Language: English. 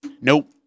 Nope